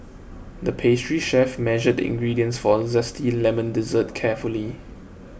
the pastry chef measured the ingredients for a Zesty Lemon Dessert carefully